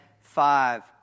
five